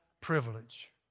privilege